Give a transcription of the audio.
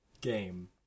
game